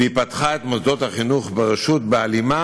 והיא פתחה את מוסדות החינוך ברשות בהלימה